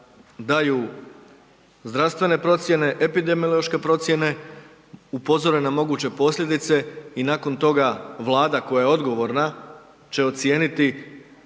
daju zdravstvene procijene, epidemiološke procijene, upozore na moguće posljedice i nakon toga Vlada koja je odgovorna, će ocijeniti